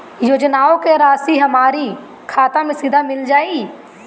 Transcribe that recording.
योजनाओं का राशि हमारी खाता मे सीधा मिल जाई?